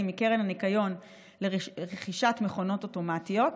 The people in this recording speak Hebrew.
מקרן הניקיון לרכישת מכונות אוטומטיות.